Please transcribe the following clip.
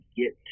get